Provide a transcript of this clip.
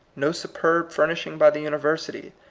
no superb furnish ing by the university,